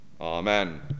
Amen